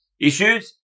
issues